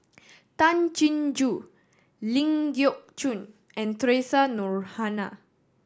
Tay Chin Joo Ling Geok Choon and Theresa Noronha